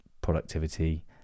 productivity